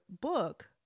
book